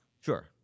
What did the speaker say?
Sure